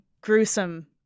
gruesome